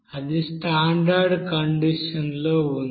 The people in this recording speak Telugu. అది స్టాండర్డ్ కండిషన్ లో ఉంది